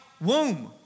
womb